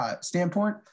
standpoint